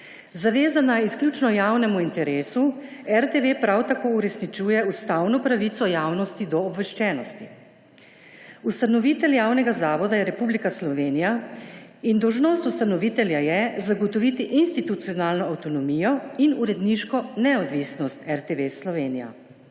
Zavezana izključno javnemu interesu RTV prav tako uresničuje ustavno pravico javnosti do obveščenosti. Ustanovitelj javnega zavoda je Republika Slovenija in dolžnost ustanovitelja je zagotoviti institucionalno avtonomijo in uredniško neodvisnost RTV Slovenija.